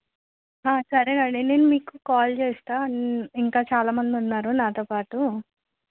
సరే నేన్ మీకు కాల్ చేస్తా అన్ ఇంకా చాలామంది ఉన్నారు నాతో పాటు